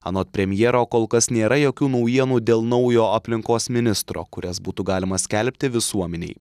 anot premjero kol kas nėra jokių naujienų dėl naujo aplinkos ministro kurias būtų galima skelbti visuomenei